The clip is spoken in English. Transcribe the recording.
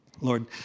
Lord